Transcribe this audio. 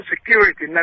security